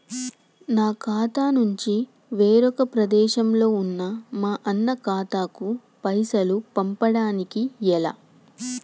నా ఖాతా నుంచి వేరొక ప్రదేశంలో ఉన్న మా అన్న ఖాతాకు పైసలు పంపడానికి ఎలా?